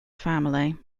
family